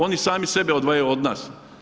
Oni sami sebe odvajaju od nas.